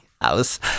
house